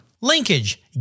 Linkage